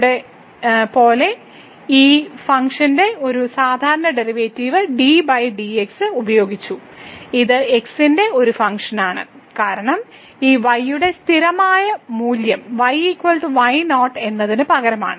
ഇവിടെ പോലെ ഈ ഫംഗ്ഷന്റെ സാധാരണ ഡെറിവേറ്റീവ് ഉപയോഗിച്ചു ഇത് x ന്റെ ഒരു ഫംഗ്ഷനാണ് കാരണം ഈ y യുടെ സ്ഥിരമായ മൂല്യം y y0 എന്നതിന് പകരമാണ്